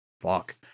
Fuck